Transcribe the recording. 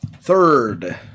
Third